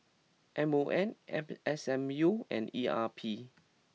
M O M app S M U and E R P